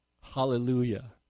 Hallelujah